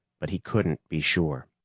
but he couldn't be sure.